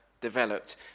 developed